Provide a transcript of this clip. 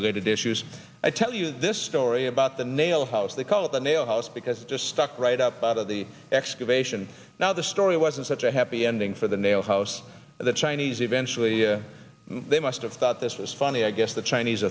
related issues i tell you this story about the nail house they called the nail house because just stuck right up out of the excavation now the story wasn't such a happy ending for the nail house the chinese eventually they must've thought this was funny i guess the chinese